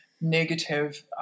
negative